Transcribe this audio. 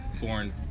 born